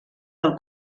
del